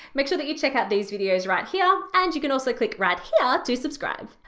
make sure that you check out these videos right here and you can also click right here to subscribe.